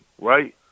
right